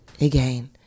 again